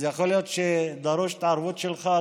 אז יכול להיות שדרושה התערבות שלך,